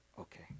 Okay